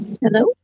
Hello